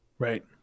right